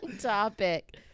topic